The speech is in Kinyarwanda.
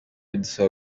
idusaba